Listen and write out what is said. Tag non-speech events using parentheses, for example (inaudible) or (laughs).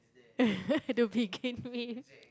(laughs) to begin with